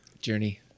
Journey